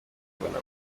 tubona